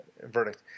verdict